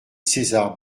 césar